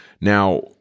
Now